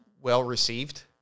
well-received